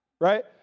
right